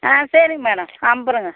ஆ சரிங்க மேடம் ஐம்பதுருவாங்க